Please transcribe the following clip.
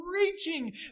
reaching